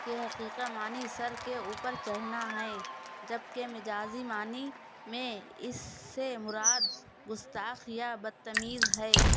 کہ حقیقی معنی سر کے اوپر چڑھنا ہے جبکہ مجازی معنی میں اس سے مراد گستاخ یا بدتمیز ہے